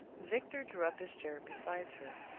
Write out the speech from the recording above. victor drew up his chair beside her.